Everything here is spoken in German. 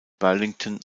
burlington